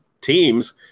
teams